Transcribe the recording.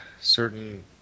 certain